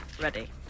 Ready